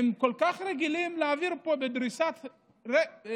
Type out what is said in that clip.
הם כל כך רגילים להעביר פה בדריסת רגל,